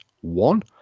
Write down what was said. One